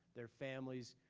their families,